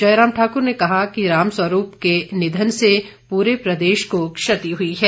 जयराम ठाकुर ने कहा कि राम स्वरूप के निधन से पूरे प्रदेश को क्षति हुई है